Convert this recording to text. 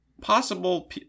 possible –